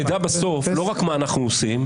שנדע בסוף לא רק מה אנחנו עושים,